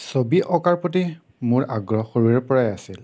ছবি অঁকাৰ প্ৰতি মোৰ আগ্ৰহ সৰুৰে পৰাই আছিল